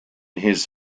his